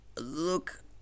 Look